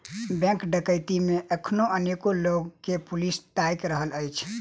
bank डकैती मे एखनो अनेको लोक के पुलिस ताइक रहल अछि